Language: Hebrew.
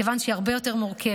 מכיוון שהיא הרבה יותר מורכבת,